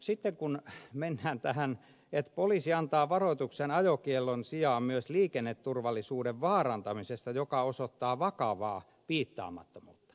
mutta sitten kun mennään tähän että poliisi antaa varoituksen ajokiellon sijaan myös liikenneturvallisuuden vaarantamisesta joka osoittaa vakavaa piittaamattomuutta